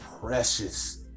precious